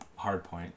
Hardpoint